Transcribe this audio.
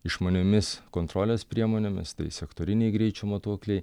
išmaniomis kontrolės priemonėmis tai sektoriniai greičio matuokliai